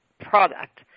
product